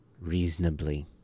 reasonably